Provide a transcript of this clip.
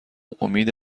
امید